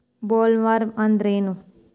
Bollworm ಅಂದ್ರೇನು?